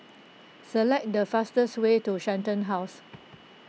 select the fastest way to Shenton House